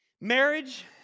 Marriage